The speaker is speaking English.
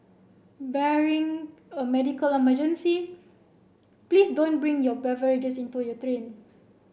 barring a medical emergency please don't bring your beverages into your train